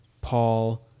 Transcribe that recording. Paul